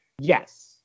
Yes